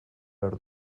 behar